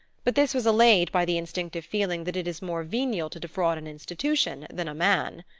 but this was allayed by the instinctive feeling that it is more venial to defraud an institution than a man.